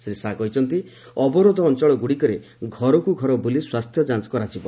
ଶ୍ରୀ ଶାହା କହିଛନ୍ତି ଅବରୋଧ ଅଞ୍ଚଳଗୁଡିକରେ ଘରକୁ ଘର ବୁଲି ସ୍ୱାସ୍ଥ୍ୟ ଯାଞ୍ଚ କରାଯିବ